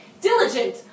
Diligent